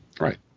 Right